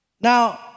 Now